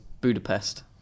Budapest